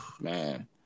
man